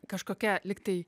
kažkokia lyg tai